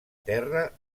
terra